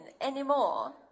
anymore